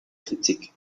kritik